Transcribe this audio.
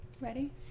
Ready